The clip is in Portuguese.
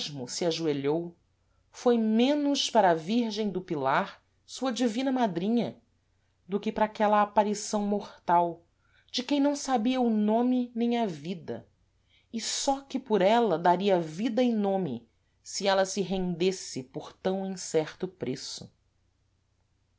se ajoelhou foi menos para a virgem do pilar sua divina madrinha do que para aquela aparição mortal de quem não sabia o nome nem a vida e só que por ela daria vida e nome se ela se rendesse por tam incerto preço